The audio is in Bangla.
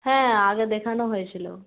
হ্যাঁ আগে দেখানো হয়েছিল